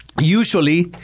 usually